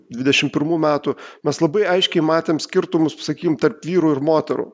dvidešim pirmų metų mes labai aiškiai matėm skirtumus sakykim tarp vyrų ir moterų